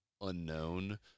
unknown